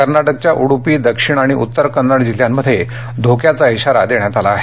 कर्नाटकच्या उड्पी दक्षिण आणि उत्तर कन्नड जिल्ह्यांमध्ये धोक्याचा इशारा देण्यात आला आहे